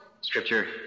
scripture